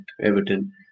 Everton